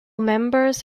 members